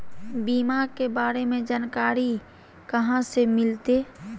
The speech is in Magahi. बीमा के बारे में जानकारी कहा से मिलते?